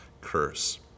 curse